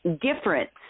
difference